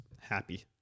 happy